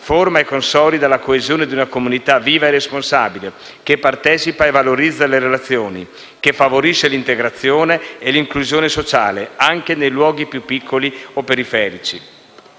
forma e consolida la coesione di una comunità viva e responsabile, che partecipa e valorizza le relazioni, che favorisce l'integrazione e l'inclusione sociale, anche nei luoghi più piccoli o periferici.